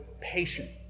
patient